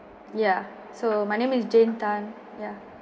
ya so my name is jane Tan ya